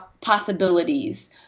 possibilities